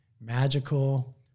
magical